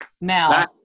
Now